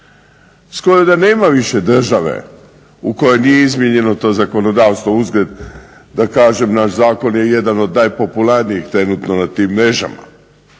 Skoro da nema više države u kojoj nije izmijenjeno to zakonodavstvo uzgred da kažem naš zakon je jedan od najpopularnijih trenutno na tim mrežama.